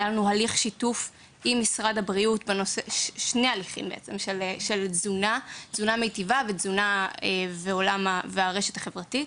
היו לנו שני הליכי שיתוף של תזונה מיטיבה והרשת החברתית.